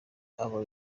abo